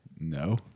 No